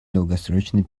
долгосрочной